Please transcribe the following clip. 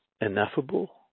ineffable